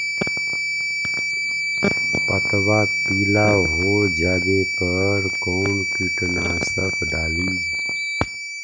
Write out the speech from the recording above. पतबा पिला हो जाबे पर कौन कीटनाशक डाली?